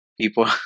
People